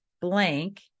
blank